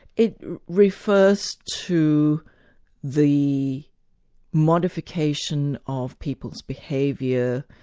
it refers to the modification of people's behaviour,